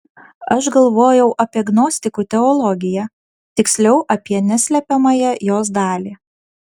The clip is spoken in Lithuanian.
aš galvojau apie gnostikų teologiją tiksliau apie neslepiamąją jos dalį